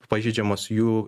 pažeidžiamos jų